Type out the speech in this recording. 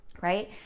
right